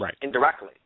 indirectly